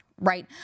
right